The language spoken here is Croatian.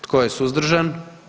Tko je suzdržan?